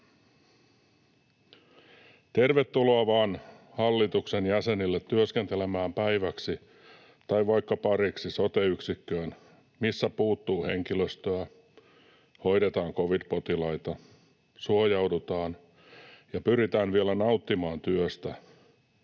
Tervetuloa vain hallituksen jäsenille työskentelemään päiväksi tai vaikka pariksi sote-yksikköön, missä puuttuu henkilöstöä, hoidetaan covid-potilaita, suojaudutaan ja pyritään vielä nauttimaan työstä